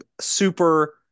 super